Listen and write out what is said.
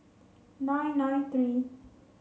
nine nine three